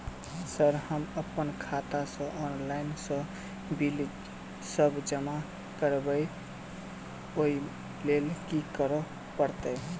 Sir हम अप्पन खाता सऽ ऑनलाइन सऽ बिल सब जमा करबैई ओई लैल की करऽ परतै?